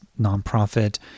nonprofit